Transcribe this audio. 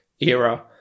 era